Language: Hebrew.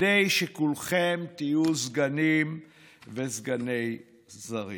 כדי שכולכם תהיו שרים וסגני שרים?